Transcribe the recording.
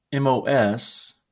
MOS